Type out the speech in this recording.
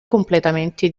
completamente